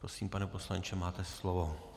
Prosím, pane poslanče, máte slovo.